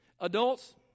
Adults